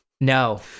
No